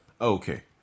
Okay